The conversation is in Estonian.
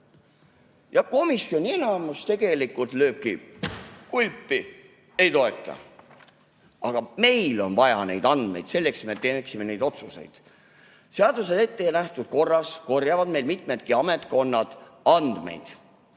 ja komisjoni enamus tegelikult lööbki kulpi – ei toeta. Aga meil on vaja neid andmeid selleks, et me teeksime neid otsuseid. Seaduses ettenähtud korras korjavad meil andmeid mitmedki ametkonnad.